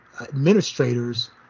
administrators